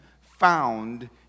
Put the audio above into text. found